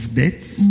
debts